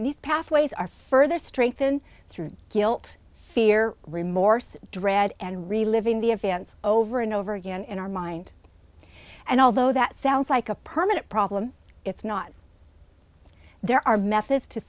these pathways are further strengthened through guilt fear remorse dread and reliving the events over and over again in our mind and although that sounds like a permanent problem it's not there are methods to